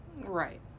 Right